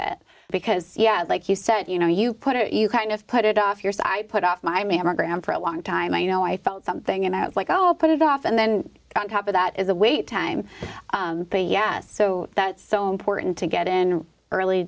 it because yes like you said you know you put it you kind of put it off your so i put off my mammogram for a long time i you know i felt something about like oh i'll put it off and then on top of that is a wait time but yes so that's so important to get in early